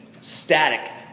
static